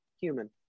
Human